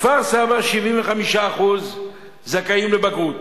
כפר-סבא, 75% זכאים לבגרות,